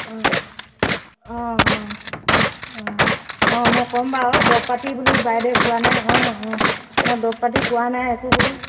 অঁ অঁ অঁ অঁ অঁ মই ক'ম বাৰু দৰৱ পাতি বোলো বাইদেৱে পোৱা নাই অঁ অঁ মই দৰৱ পাতি পোৱা নাই একো বোলো